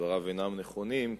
שדבריו אינם נכונים,